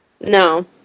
No